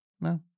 No